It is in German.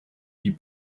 die